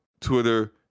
Twitter